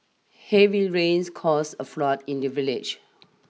heavy rains caused a flood in the village